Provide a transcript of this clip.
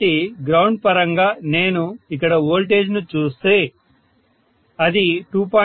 కాబట్టి గ్రౌండ్ పరంగా నేను ఇక్కడ వోల్టేజ్ ను చూస్తే అది 2